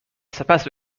سپس